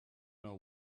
know